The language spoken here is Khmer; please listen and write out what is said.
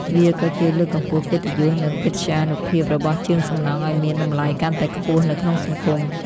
វាក៏ជួយលើកកម្ពស់កិត្តិយសនិងកិត្យានុភាពរបស់ជាងសំណង់ឱ្យមានតម្លៃកាន់តែខ្ពស់នៅក្នុងសង្គម។